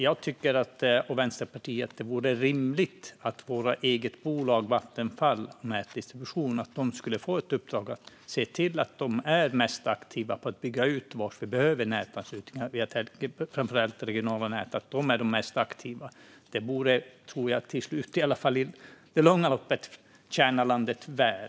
Jag och Vänsterpartiet tycker att det vore rimligt när det gäller nätdistribution att vårt eget bolag, Vattenfall, skulle få i uppdrag att se till att de är mest aktiva på att bygga ut där det behöver byggas ut, framför allt regionala nät. Det borde i långa loppet tjäna landet väl.